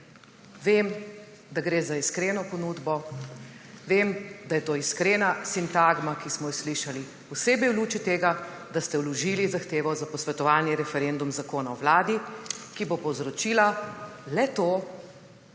Vem, da gre za iskreno ponudbo, vem, da je to iskrena sintagma, ki smo jo slišali, posebej v luči tega, da ste vložili zahtevo za posvetovalni referendum Zakona o Vladi, ki bo povzročila le to,